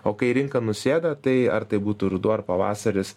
o kai rinka nusėda tai ar tai būtų ruduo ar pavasaris